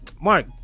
Mark